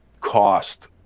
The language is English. cost